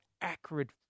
acrid